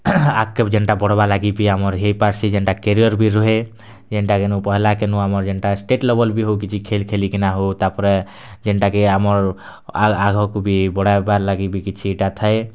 ଆଗ୍କେ ଯେନ୍ଟା ବଢ଼୍ବାର୍ ଲାଗି ବି ଆମର୍ ହେଇପାର୍ସି ଯେନ୍ଟା କେରିଅର୍ ବି ରୁହେ ଯେନ୍ଟା କେନୁ ପହେଲା କେନୁ ଆମର୍ ଯେନ୍ତା ଷ୍ଟେଟ୍ ଲେବଲ୍ ବି ହୋଉ କି କିଛି ଖେଲ୍ ଖେଳିକିନା ହୋଉ ତାପରେ ଯେନ୍ଟାକି ଆମର୍ ଆ ଆଘକୁ ବି ବଢ଼ାଇବାର୍ ଲାଗି ବି କିଛିଟା ଥାଏ